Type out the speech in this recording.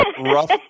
rough